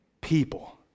people